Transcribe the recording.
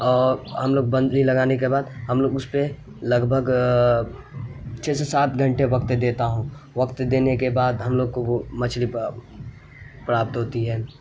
اور ہم لوگ بنسی لگانے کے بعد ہم لوگ اس پہ لگ بھگ چھ سے سات گھنٹے وقت دیتا ہوں وقت دینے کے بعد ہم لوگ کو وہ مچھلی پراپت ہوتی ہے